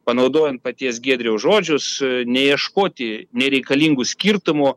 panaudojant paties giedriaus žodžius neieškoti nereikalingų skirtumų